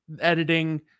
editing